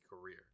career